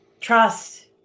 trust